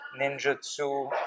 ninjutsu